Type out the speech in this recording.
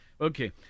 Okay